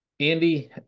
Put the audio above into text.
Andy